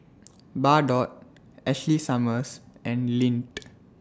Bardot Ashley Summers and Lindt